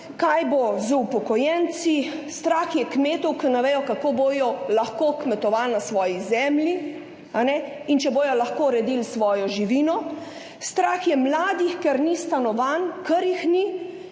kaj bo z upokojenci. Strah je kmete, ki ne vedo, kako bodo lahko kmetovali na svoji zemlji in če bodo lahko redili svojo živino. Strah je mlade, ker ni stanovanj. Strah je